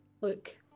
Look